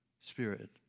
spirit